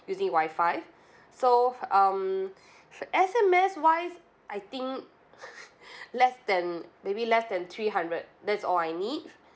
using wifi so um S_M_S wise I think less than maybe less than three hundred that's all I need